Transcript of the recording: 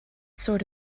sort